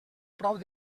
prop